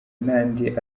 n’andi